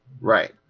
Right